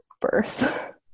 birth